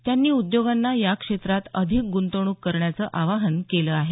त्यांनी उद्योगांना या क्षेत्रात अधिक ग्रंतवणूक करण्याचं आवाहन केलं आहे